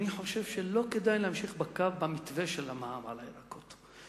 לא כדאי להמשיך בקו ובמתווה של המע"מ על הירקות,